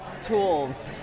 tools